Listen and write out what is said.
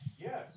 Yes